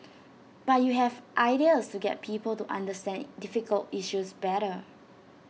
but you have ideas to get people to understand difficult issues better